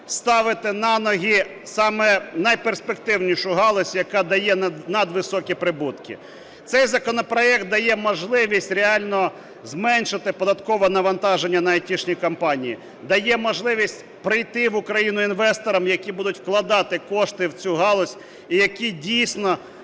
ставити на ноги саме найперспективнішу галузь, яка дає надвисокі прибутки. Цей законопроект дає можливість реально зменшити податкове навантаження на айтішні компанії, дає можливість прийти в Україну інвесторам, які будуть вкладати кошти в цю галузь і які дійсно